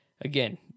Again